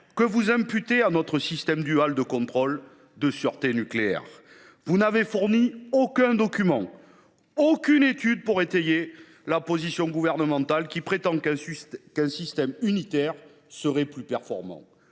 que vous imputez à notre système dual de contrôle de sûreté nucléaire. Vous n’avez fourni aucun document, aucune étude pour étayer la position du Gouvernement, qui prétend qu’un système unitaire serait plus performant.